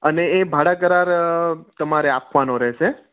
અને એ ભાડા કરાર તમારે આપવાનો રહેશે